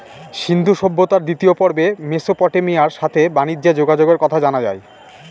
সিন্ধু সভ্যতার দ্বিতীয় পর্বে মেসোপটেমিয়ার সাথে বানিজ্যে যোগাযোগের কথা জানা যায়